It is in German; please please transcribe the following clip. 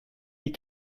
die